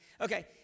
Okay